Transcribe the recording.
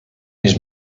his